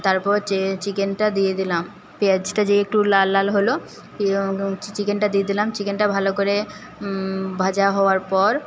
তারপর হচ্ছে চিকেনটা দিয়ে দিলাম পেঁয়াজটা যেই একটু লাল লাল হল চিকেনটা দিয়ে দিলাম চিকেনটা ভালো করে ভাজা হওয়ার পর